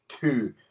two